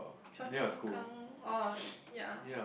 Choa Chu Kang orh ya